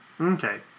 Okay